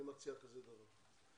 אני מציע כזה דבר,